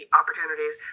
opportunities